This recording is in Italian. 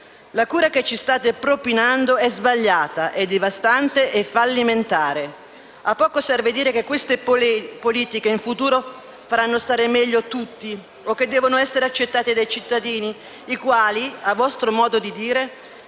La cura che ci state propinando è sbagliata, è devastante e fallimentare. A poco serve dire che queste politiche in futuro faranno stare meglio tutti o devono essere accettate dai cittadini, i quali - a vostro modo di dire